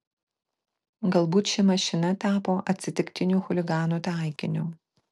galbūt ši mašina tapo atsitiktiniu chuliganų taikiniu